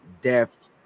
depth